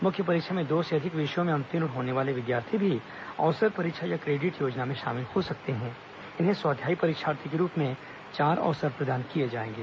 मुख्य परीक्षा में दो से अधिक विषयों में अनुत्तीर्ण होने वाले विद्यार्थी भी अवसर परीक्षा या क्रेडिट योजना में शामिल हो सकते स्वाध्यायी परीक्षार्थी के रूप में चार अवसर प्रदान किए जाएंगे